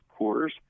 Coors